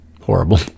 horrible